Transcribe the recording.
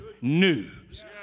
news